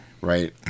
Right